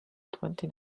twenty